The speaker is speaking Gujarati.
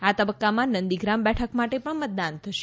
આ તબક્કામાં નંદીગ્રામ બેઠક માટે પણ મતદાન થશે